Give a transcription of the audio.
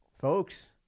folks